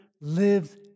lives